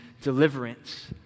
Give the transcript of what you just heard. deliverance